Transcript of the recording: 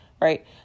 right